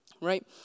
right